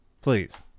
please